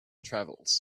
travels